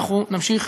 אנחנו נמשיך